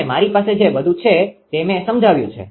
અને મારી પાસે જે બધું છે તે મેં સમજાવ્યું છે